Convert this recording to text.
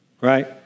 Right